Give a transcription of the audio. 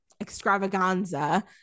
extravaganza